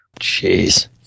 Jeez